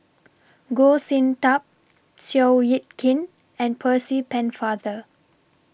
Goh Sin Tub Seow Yit Kin and Percy Pennefather